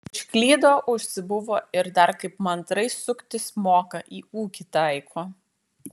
užklydo užsibuvo ir dar kaip mandrai suktis moka į ūkį taiko